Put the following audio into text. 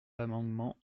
l’amendement